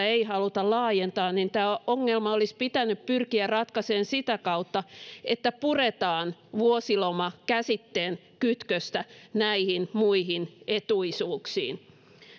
ei haluta laajentaa niin tämä ongelma olisi pitänyt pyrkiä ratkaisemaan sitä kautta että puretaan vuosiloma käsitteen kytköstä näihin muihin etuisuuksiin